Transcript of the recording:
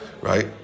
right